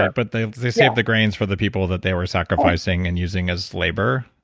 but they they saved the grains for the people that they were sacrificing and using as labor